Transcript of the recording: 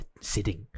sitting